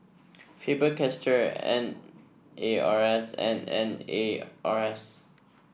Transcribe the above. Faber Castell N A R S and N A R S